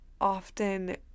often